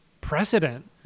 precedent